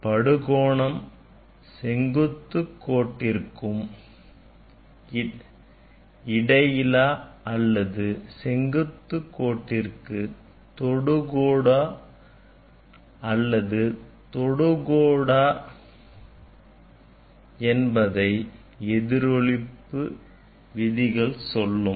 படுகோணம் செங்குத்து கோட்டிற்கும் இடையிலா அல்லது செங்குத்து கோட்டிற்கு தொடுகோடா அல்லது தொடுகோடா என்பதை எதிரொளிப்பு விதிகள் சொல்லும்